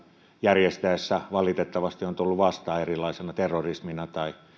järjestettäessä valitettavasti on tullut vastaan erilaisena terrorismina tai